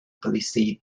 palisade